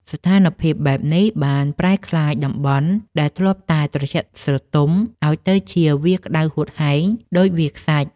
ស្ថានភាពបែបនេះបានប្រែក្លាយតំបន់ដែលធ្លាប់តែត្រជាក់ស្រទុំ ឱ្យទៅជាវាលក្ដៅហួតហែងដូចវាលខ្សាច់។